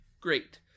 great